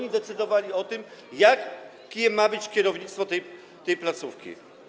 i decydowali o tym, jakie ma być kierownictwo tej placówki.